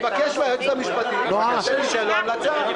אני מבקש מהיועצת המשפטית שתיתן לנו המלצה.